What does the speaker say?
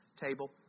table